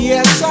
Yes